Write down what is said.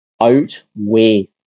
outweigh